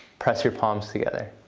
press your palms together.